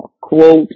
quote